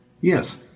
Yes